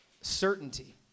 certainty